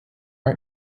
art